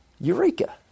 Eureka